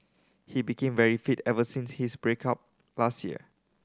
he became very fit ever since his break up last year